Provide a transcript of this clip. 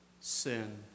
Sin